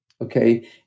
okay